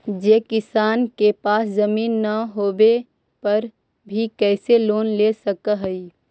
जे किसान के पास जमीन न होवे पर भी कैसे लोन ले सक हइ?